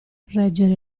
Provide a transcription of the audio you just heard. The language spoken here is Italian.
reggere